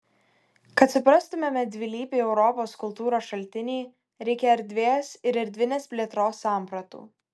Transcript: kad suprastumėme dvilypį europos kultūros šaltinį reikia erdvės ir erdvinės plėtros sampratų